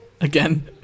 Again